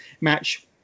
match